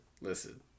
Listen